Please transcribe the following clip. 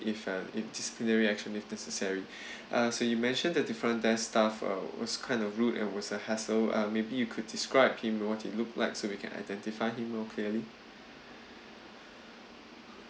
if uh if disciplinary action is necessary uh so you mentioned that the front desk staff uh was kind of rude and was a hassle uh maybe you could describe him he looked like so we can identify him more clearly